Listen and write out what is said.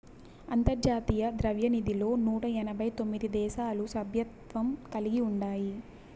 అంతర్జాతీయ ద్రవ్యనిధిలో నూట ఎనబై తొమిది దేశాలు సభ్యత్వం కలిగి ఉండాయి